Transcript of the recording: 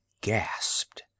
gasped